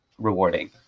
rewarding